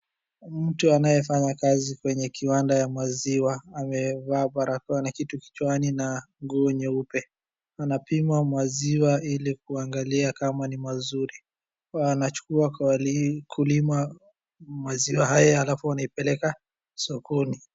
Mtu anayefanya kazi kwenye kiwanda ya maziwa, amevaa barakoa na kitu kichwani na nguo nyeupe. Anapima maziwa ili kuangalia kama ni mazuri. Wanachukua kwa wakulima maziwa haya alafu wanaipeleka sokoni.